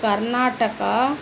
Karnataka